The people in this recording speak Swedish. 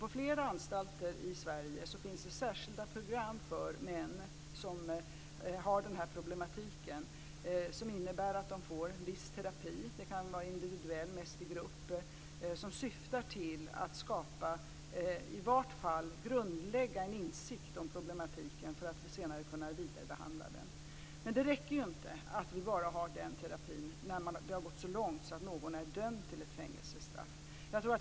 På flera anstalter i Sverige finns särskilda program för män med denna problematik, som innebär att de får viss terapi som syftar till att skapa eller i vart fall grundlägga en insikt om problematiken för att senare kunna vidarebehandla den. Terapin kan vara individuell men ges mest i grupp. Men det räcker inte med bara den terapin när det har gått så långt att någon är dömd till fängelsestraff.